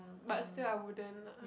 but still I wouldn't lah